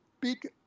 big